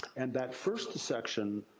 and that first dissection,